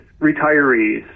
retirees